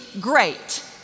great